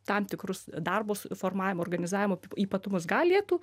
tam tikrus darbus formavimo organizavimo ypatumus galėtų